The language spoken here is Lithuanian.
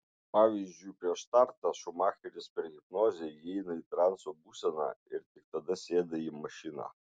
pavyzdžiui prieš startą šumacheris per hipnozę įeina į transo būseną ir tik tada sėda į mašiną